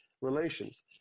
relations